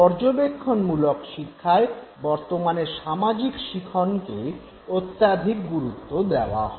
পর্যবেক্ষন মূলক শিক্ষায় বর্তমানে সামাজিক শিখনকে অত্যধিক গুরুত্ব দেওয়া হয়